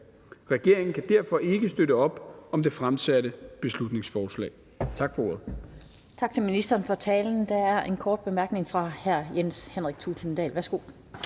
Regeringen kan derfor ikke støtte op om det fremsatte beslutningsforslag.